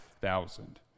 thousand